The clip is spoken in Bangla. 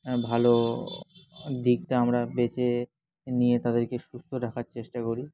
ভালো দিকটা আমরা বেছে নিয়ে তাদেরকে সুস্থ রাখার চেষ্টা করি